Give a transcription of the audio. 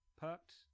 perked